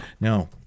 now